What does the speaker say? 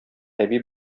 әби